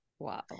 Wow